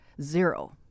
zero